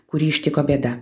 kurį ištiko bėda